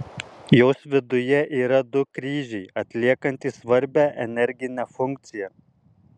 jos viduje yra du kryžiai atliekantys svarbią energinę funkciją